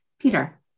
Peter